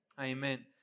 Amen